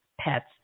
pets